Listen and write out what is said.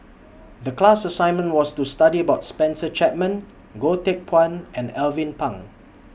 The class assignment was to study about Spencer Chapman Goh Teck Phuan and Alvin Pang